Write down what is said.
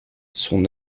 son